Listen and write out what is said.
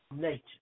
nature